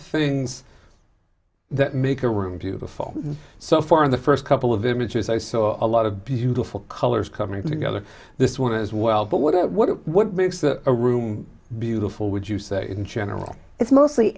things that make the room beautiful so far in the first couple of images i saw a lot of beautiful colors coming together this one as well but what what what makes the a room beautiful would you say in general it's mostly